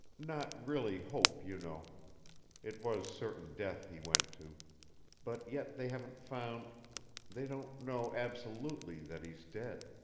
not really hope, you know it was certain death he went to but yet they haven't found they don't know, absolutely, that he's dead.